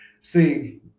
See